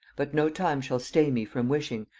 but no time shall stay me from wishing,